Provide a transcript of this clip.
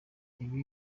ibi